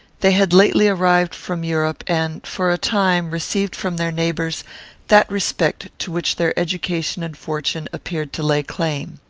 they had lately arrived from europe, and, for a time, received from their neighbours that respect to which their education and fortune appeared to lay claim.